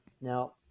Now